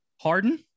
Harden